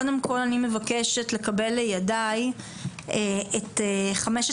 קודם כל אני מבקשת לקבל לידיי את חמשת